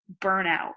burnout